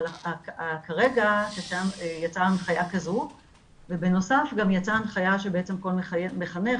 אבל כרגע יצאה הנחיה כזו ובנוסף גם יצאה הנחיה שכל מחנך